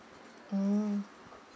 mm